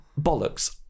bollocks